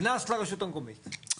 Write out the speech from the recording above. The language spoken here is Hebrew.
קנס לרשות המקומית.